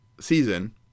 season